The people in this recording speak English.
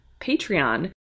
Patreon